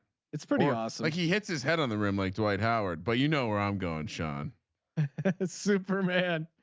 it's pretty awesome like he hits his head on the rim like dwight howard. but you know where i'm going shawn it's super man.